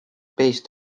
based